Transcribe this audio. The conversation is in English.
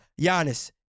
Giannis